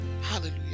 hallelujah